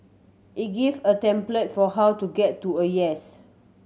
it give a template for how to get to a yes